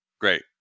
Great